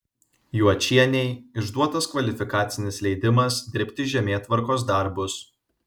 juočienei išduotas kvalifikacinis leidimas dirbti žemėtvarkos darbus